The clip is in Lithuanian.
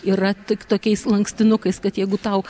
yra tik tokiais lankstinukais kad jeigu tau